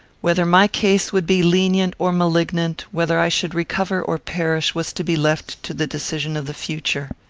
whether my case would be lenient or malignant, whether i should recover or perish, was to be left to the decision of the future.